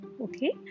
Okay